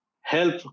help